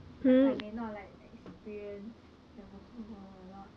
cause I may not like experience the working world a lot